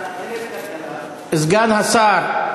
סגן השר,